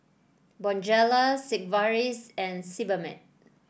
Bonjela Sigvaris and Sebamed